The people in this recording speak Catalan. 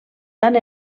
tant